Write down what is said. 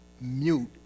mute